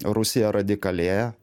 rusija radikalėja